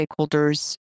stakeholders